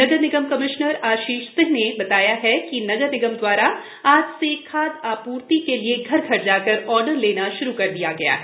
नगर निगम कमिश्नर आशीष सिंह ने बताया कि नगर निगम दवारा आज से खाद आपूर्ति के लिए घर घर जाकर ऑर्डर लेना शुरू कर दिए गए हैं